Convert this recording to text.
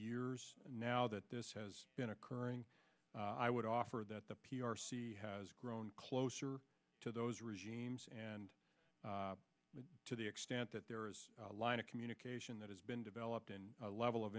years and now that this has been occurring i would offer that the p r c has grown closer to those regimes and to the extent that there is a line of communication that has been developed and a level of